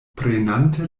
prenante